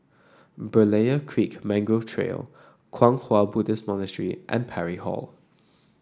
Berlayer Creek Mangrove Trail Kwang Hua Buddhist Monastery and Parry Hall